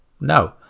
No